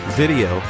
video